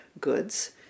goods